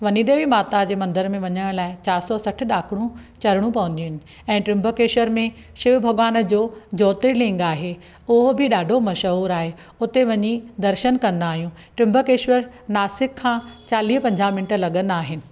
वनी देवी माता जे मंदर में वञण लाइ चारि सौ सठि ॾाकिणूं चढ़िणियूं पवंदियूं आहिनि ऐं त्र्यंबकेश्वर में शिव भॻवान जो ज्योर्तलिंग आहे उहो बि ॾाढो मशहूरु आहे हुते वञी दर्शन कंदा आहियूं त्र्यंबकेश्वर नासिक खां चालीह पंजाह मिंट लॻंदा आहिनि